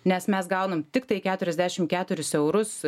nes mes gaunam tiktai keturiasdešim keturis eurus